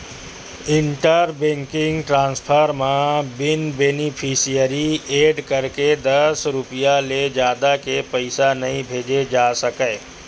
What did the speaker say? inter banking transfer म बिन beneficiary add करे दस रूपिया ले जादा के पइसा नइ भेजे जा सकय